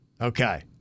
Okay